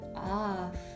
off